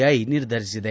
I ನಿರ್ಧರಿಸಿದೆ